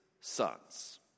sons